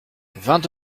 vingt